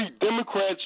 Democrats